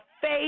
face